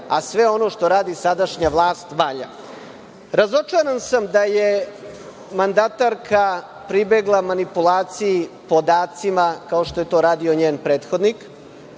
a sve ono što radi sadašnja vlast valja. Razočaran sam da je mandatarka pribegla manipulaciji podacima kao što je to radio njen prethodnik.